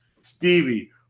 Stevie